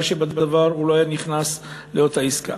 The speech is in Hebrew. שבדבר הוא לא היה נכנס לאותה עסקה.